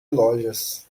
lojas